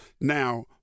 Now